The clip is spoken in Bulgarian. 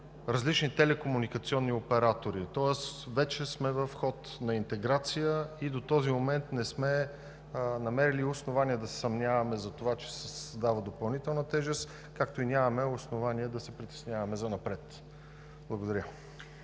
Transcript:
различни телекомуникационни оператори. Тоест вече сме в ход на интеграция и до този момент не сме намерили основание да се съмняваме за това, че се създава допълнителна тежест, както и нямаме основание да се притесняваме занапред. Благодаря.